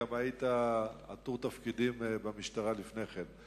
גם היית עטור תפקידים במשטרה לפני כן: